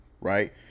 right